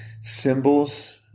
symbols